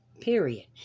Period